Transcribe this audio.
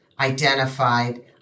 identified